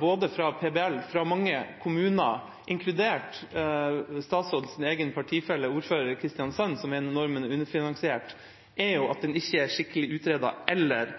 både fra PBL og fra mange kommuner, inkludert statsrådens egen partifelle, ordføreren i Kristiansand, som mener normen er underfinansiert, er jo at den ikke er skikkelig utredet eller